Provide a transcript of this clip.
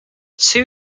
two